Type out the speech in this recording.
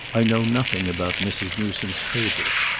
i know nothing about mrs. newsome's cables.